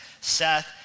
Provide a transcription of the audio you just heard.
Seth